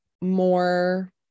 more